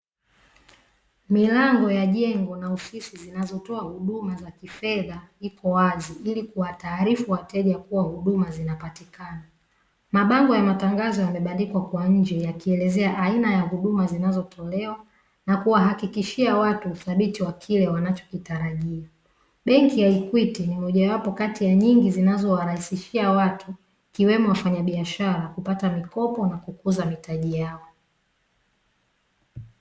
Milango ya jengo na ofisi zinazotoa huduma za kifedha iko wazi ili kuwa taarifu wateja kuwa huduma zinapatikana. Mabango ya matangazo yamebandikwa kwa nje yakielezea aina ya huduma zinazotolewa na kuwahakikishia watu uthabiti wa kile wanachokitarajia. Benki ya "EQUITY" ni moja wapo kati ya nyingi zinazowarahisishia watu ikiwemo wafanyabiashara kupata mikopo na kukuza mitaji yao.